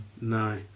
No